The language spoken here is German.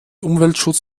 umweltschutz